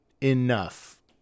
enough